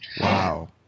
wow